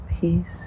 Peace